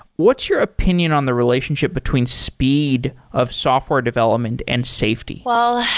what's your opinion on the relationship between speed of software development and safety? well,